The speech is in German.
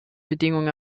bedingung